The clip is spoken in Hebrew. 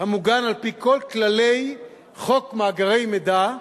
המוגן על-פי כל כללי חוק מאגרי מידע,